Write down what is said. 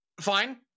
fine